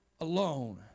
alone